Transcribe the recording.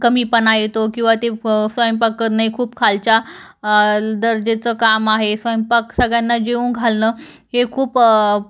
कमीपणा येतो किंवा ते प स्वयंपाक करणे खूप खालच्या दर्जाचं काम आहे स्वयंपाक सगळ्यांना जेवू घालणं हे खूप